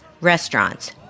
restaurants